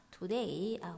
Today